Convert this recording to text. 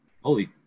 holy